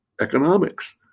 economics